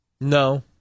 No